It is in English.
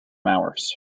hours